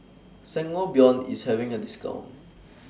Sangobion IS having A discount